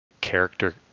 character